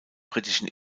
britischen